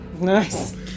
Nice